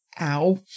Ow